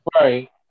Right